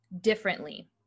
differently